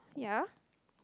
yeah